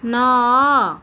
ନଅ